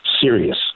serious